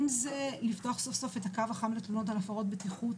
אם זה לפתוח סוף סוף את הקו החם לתלונות על הפרות בטיחות